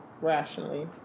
rationally